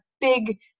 big